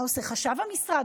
מה עושה חשב המשרד?